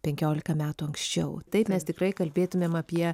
penkiolika metų anksčiau taip mes tikrai kalbėtumėm apie